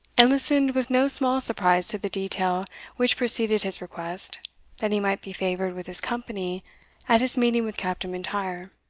and listened with no small surprise to the detail which preceded his request that he might be favoured with his company at his meeting with captain m'intyre.